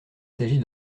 s’agit